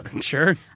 Sure